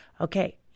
okay